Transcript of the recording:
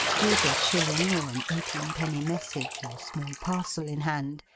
with a shilling or an eighteenpenny message or small parcel in hand,